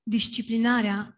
Disciplinarea